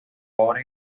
obra